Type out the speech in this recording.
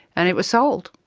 and it was sold.